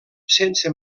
sense